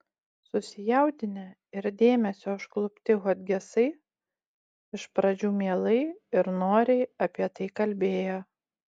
susijaudinę ir dėmesio užklupti hodgesai iš pradžių mielai ir noriai apie tai kalbėjo